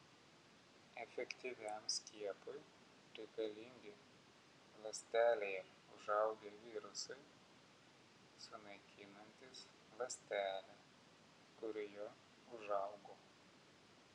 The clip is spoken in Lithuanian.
efektyviam skiepui reikalingi ląstelėje užaugę virusai sunaikinantys ląstelę kurioje užaugo